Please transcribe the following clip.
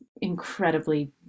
incredibly